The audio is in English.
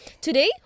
today